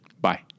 Bye